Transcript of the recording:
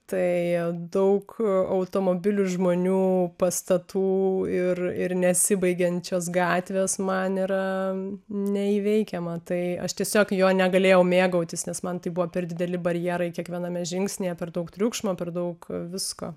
tai daug automobilių žmonių pastatų ir ir nesibaigiančios gatvės man yra neįveikiama tai aš tiesiog jo negalėjau mėgautis nes man tai buvo per dideli barjerai kiekviename žingsnyje per daug triukšmo per daug visko